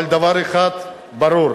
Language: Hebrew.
אבל דבר אחד ברור,